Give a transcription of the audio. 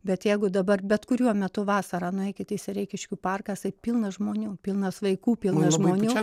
bet jeigu dabar bet kuriuo metu vasarą nueikit į sereikiškių parką jisai pilnas žmonių pilnas vaikų pilna žmonių